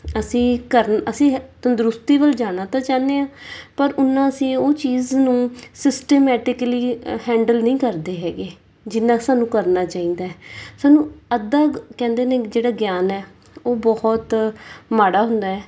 ਅਸੀਂ ਕਰਨਾ ਤੰਦਰੁਸਤੀ ਵੱਲ ਜਾਣਾ ਤਾਂ ਚਾਹੁੰਦੇ ਹਾਂ ਪਰ ਓਨਾ ਅਸੀਂ ਉਹ ਚੀਜ਼ ਨੂੰ ਸਿਸਟਮੈਟਿਕਲੀ ਹੈਂਡਲ ਨਹੀਂ ਕਰਦੇ ਹੈਗੇ ਜਿੰਨਾ ਸਾਨੂੰ ਕਰਨਾ ਚਾਹੀਦਾ ਸਾਨੂੰ ਅੱਧਾ ਕਹਿੰਦੇ ਨੇ ਜਿਹੜਾ ਗਿਆਨ ਹੈ ਉਹ ਬਹੁਤ ਮਾੜਾ ਹੁੰਦਾ ਹੈ